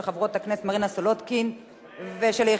של חברות הכנסת מרינה סולודקין ושלי יחימוביץ.